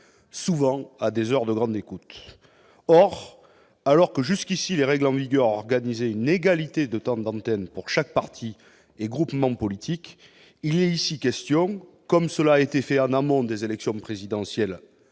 souvent à des heures de grande écoute. Or, alors que jusqu'à présent les règles en vigueur organisaient une égalité de temps d'antenne entre tous les partis et groupements politiques, il est ici question, comme on l'a fait en amont des élections présidentielles,